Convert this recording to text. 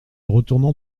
retournant